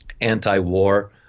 anti-war